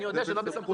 אני יודע שלא בסמכותי.